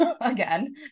again